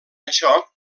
això